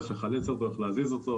איך לחלץ אותו,